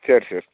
சரி சரி